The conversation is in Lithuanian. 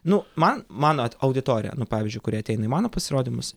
nu man mano auditorija nu pavyzdžiui kurie ateina į mano pasirodymus